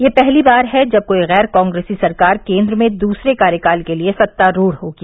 यह पहली बार है कि जब कोई गैर कांग्रेसी सरकार केन्द्र में दूसरे कार्यकाल के लिए सत्तारूढ़ होगी